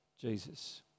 Jesus